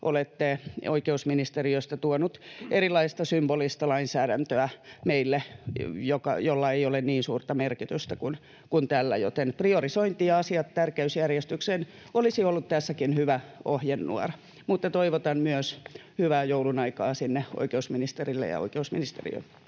olette oikeusministeriöstä tuonut meille erilaista symbolista lainsäädäntöä, jolla ei ole niin suurta merkitystä kuin tällä, joten priorisointi ja asiat tärkeysjärjestykseen olisi ollut tässäkin hyvä ohjenuora. Mutta toivotan myös hyvää joulunaikaa sinne oikeusministerille ja oikeusministeriöön.